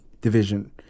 division